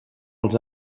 els